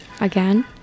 again